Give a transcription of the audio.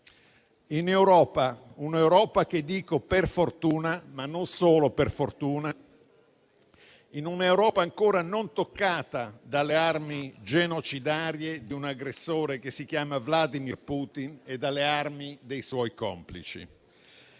europei, in un'Europa - per fortuna, ma non solo per fortuna - non ancora toccata dalle armi genocidarie di un aggressore che si chiama Vladimir Putin e dalle armi dei suoi complici.